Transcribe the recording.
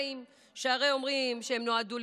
שהרי אומרים שהם נועדו להתגשם.